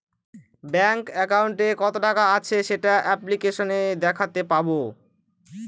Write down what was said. bank একাউন্টে কত টাকা আছে সেটা অ্যাপ্লিকেসনে দেখাতে পাবো